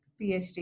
PhD